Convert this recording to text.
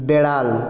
বেড়াল